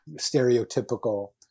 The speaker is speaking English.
stereotypical